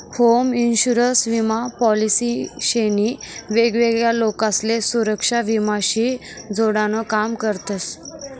home insurance विमा policy शे नी वेगवेगळा लोकसले सुरेक्षा विमा शी जोडान काम करतस